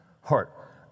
heart